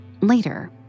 Later